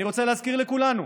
אני רוצה להזכיר לכולנו